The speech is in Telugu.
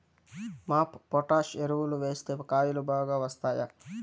మాప్ పొటాష్ ఎరువులు వేస్తే కాయలు బాగా వస్తాయా?